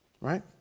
Right